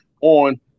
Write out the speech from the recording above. on